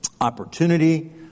opportunity